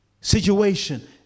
situation